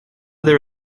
their